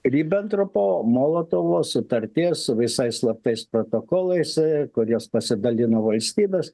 ribentropo molotovo sutarties su visais slaptais protokolais kuriais pasidalino valstybės